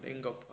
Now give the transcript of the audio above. thank god